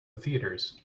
theatres